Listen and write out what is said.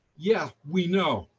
yeah, we know,